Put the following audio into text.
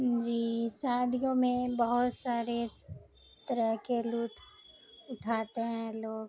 جی شادیوں میں بہت سارے طرح کے لطف اٹھاتے ہیں لوگ